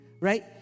right